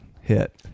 hit